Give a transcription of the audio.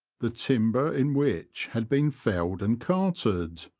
the timber in which had been felled and carted.